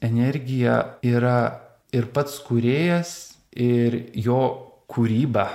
energija yra ir pats kūrėjas ir jo kūryba